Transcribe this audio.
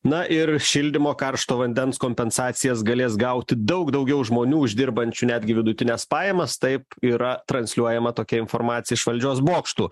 na ir šildymo karšto vandens kompensacijas galės gauti daug daugiau žmonių uždirbančių netgi vidutines pajamas taip yra transliuojama tokia informacija iš valdžios bokštų